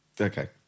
okay